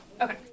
Okay